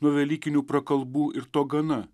nuo velykinių prakalbų ir to gana